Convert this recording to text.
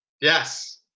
Yes